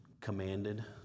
commanded